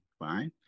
right